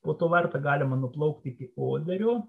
po to varta galima nuplaukti iki oderio